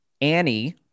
Annie